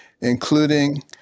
including